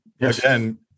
again